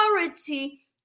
authority